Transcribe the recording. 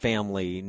Family